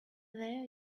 there